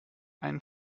einen